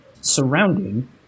surrounding